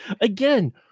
Again